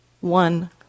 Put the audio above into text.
One